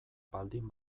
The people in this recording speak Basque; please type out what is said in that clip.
baldin